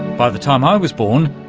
by the time i was born,